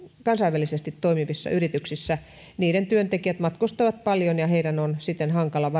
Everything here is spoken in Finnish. kansainvälisesti toimivissa yrityksissä niiden työntekijät matkustavat paljon ja heidän on siten hankala varata aikaa henkilökohtaiseen asiointiin maahanmuuttoviraston